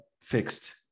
fixed